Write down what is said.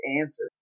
answer